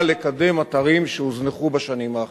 לקדם אתרים שהוזנחו בשנים האחרונות.